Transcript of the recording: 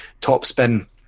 Topspin